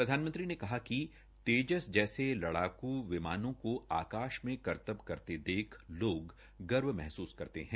प्रधानमंत्री ने कहा कि तेजस जैसे लड़ाकू विमानों को आकाश में करतब करते देख लोग गर्व महसूस करते है